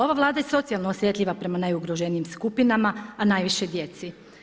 Ova Vlada je socijalno osjetljiva prema najugroženijim skupinama, a najviše djeci.